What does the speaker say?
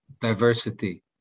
diversity